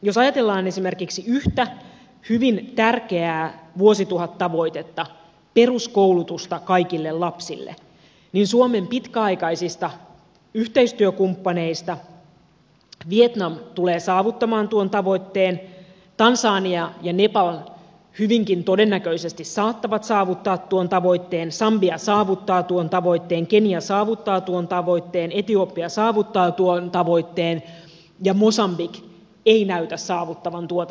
jos ajatellaan esimerkiksi yhtä hyvin tärkeää vuosituhattavoitetta peruskoulutusta kaikille lapsille niin suomen pitkäaikaisista yhteistyökumppaneista vietnam tulee saavuttamaan tuon tavoitteen tansania ja nepal hyvinkin todennäköisesti saattavat saavuttaa tuon tavoitteen sambia saavuttaa tuon tavoitteen kenia saavuttaa tuon tavoitteen etiopia saavuttaa tuon tavoitteen ja mosambik ei näytä saavuttavan tuota tavoitetta